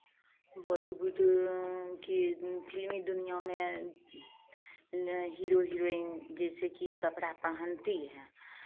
बॉलीवुड की फिल्मी दुनियाँ में हीरो हीरोइन जैसे कि कपड़ा पहनती है